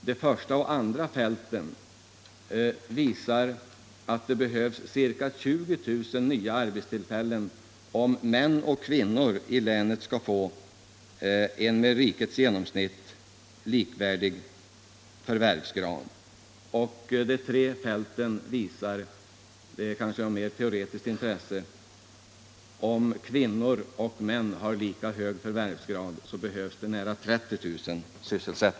Det första fältet och det andra fältet visar att det behövs ca 20 000 nya arbetstillfällen för att män och kvinnor i länet skall få en med rikets genomsnitt likvärdig förvärvsarbetsgrad. De tre fälten sammantagna visar —- men det är kanske mer av teoretiskt intresse — att det behövs nära 30 000 nya sysselsättningstillfällen för att kvinnor skall få lika hög förvärvsgrad som män.